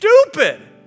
stupid